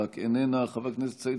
סעיד